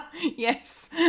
Yes